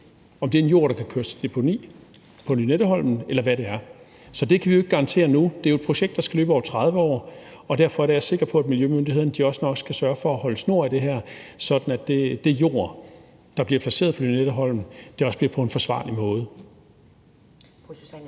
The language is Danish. om det er en jord, der kan køres til deponi på Lynetteholmen, eller hvad det er. Så det kan vi jo ikke garantere nu. Det er et projekt, der skal løbe over 30 år, og derfor er jeg sikker på, at miljømyndighederne nok også skal sørge for at holde snor i det her, sådan at den jord, der bliver placeret på Lynetteholmen, bliver placeret på en forsvarlig måde. Kl.